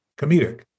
comedic